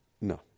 No